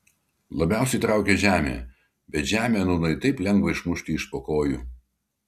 labiausiai traukė žemė bet žemę nūnai taip lengva išmušti iš po kojų